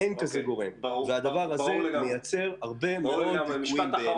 הדבר הזה מייצר הרבה מאוד תסכול.